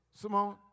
Simone